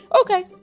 Okay